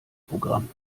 programm